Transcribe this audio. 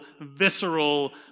visceral